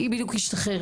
היא בדיוק השתחררה,